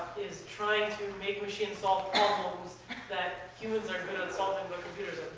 is trying to make machines solve problems that humans are good at solving, but computers